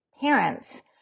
parents